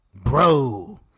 Bro